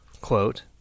quote